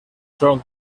són